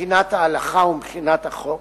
מבחינת ההלכה ומבחינת החוק.